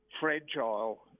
Fragile